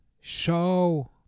show